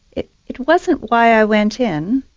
it it wasn't why i went in.